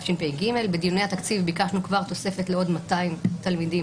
בדיוני התקציב ביקשנו כבר תוספת לעוד 200 תלמידים,